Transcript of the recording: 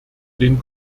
den